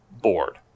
board